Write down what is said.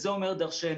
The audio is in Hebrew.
וזה אומר דרשני.